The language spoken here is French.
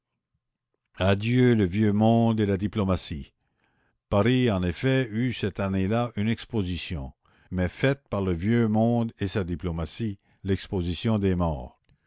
adieu le vieux monde et la diplomatie paris en effet eut cette année-là une exposition mais faite par le vieux monde et sa diplomatie l'exposition des morts